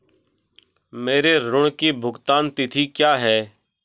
मेरे ऋण की भुगतान तिथि क्या है?